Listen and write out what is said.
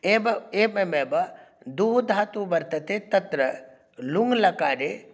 एव एवमेव दू धातुः वर्तते तत्र लुङ् लकारे